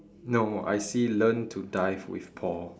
no I see learn to dive with Paul